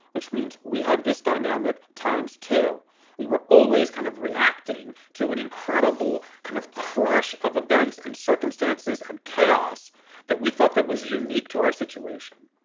which means we have this dynamic times too we were always kind of reacting to an incredible kind of crush of events and circumstances and chaos that we thought that was unique to our situation.